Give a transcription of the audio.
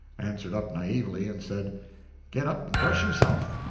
answered up naively and said get up and brush himself.